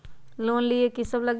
Loan लिए की सब लगी?